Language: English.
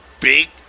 big